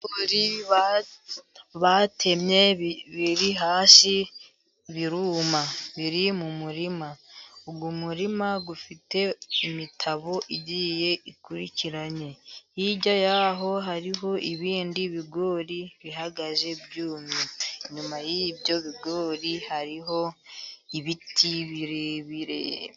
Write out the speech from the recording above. Ibigori batemye biri hasi biruma, biri mu muririma uwo murima ufite imitabo igiye ikurikiranye, hirya y'aho, hariho ibindi bigori bihagaze byumye, inyuma yibyo bigori hariho ibiti birebire.